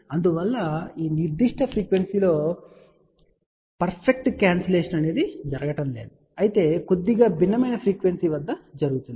అందువల్ల ఈ నిర్దిష్ట ఫ్రీక్వెన్సీ లో పర్ఫెక్ట్ క్యాన్సిలేషన్ జరగడం లేదు అయితే కొద్దిగా భిన్నమైన ఫ్రీక్వెన్సీ వద్ద జరుగుతుంది